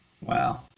Wow